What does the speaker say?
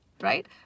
right